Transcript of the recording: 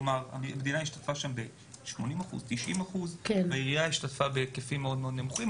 כלומר המדינה השתתפה בכ-90% והעירייה השתתפה בהיקפים מאוד נמוכים.